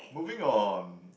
moving on